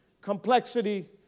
complexity